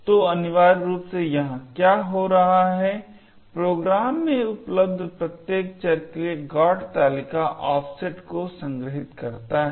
तो अनिवार्य रूप से यहां क्या हो रहा है प्रोग्राम में उपलब्ध प्रत्येक चर के लिए GOT तालिका ऑफसेट को संग्रहीत करता है